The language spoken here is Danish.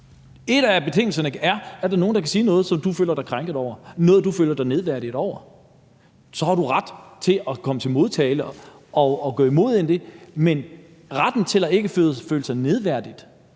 hvor betingelserne er, at hvis der er nogen, der siger noget, som du føler dig krænket af, noget, som du føler dig nedværdiget af, så har du ret til at tage til genmæle og gå imod det. Men retten til ikke at føle sig nedværdiget